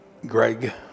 Greg